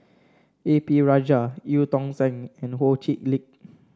A P Rajah Eu Tong Sen and Ho Chee Lick